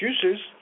juices